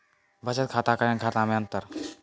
बचत खाता करेंट खाता मे अंतर?